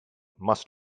must